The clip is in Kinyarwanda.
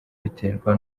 biterwa